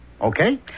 Okay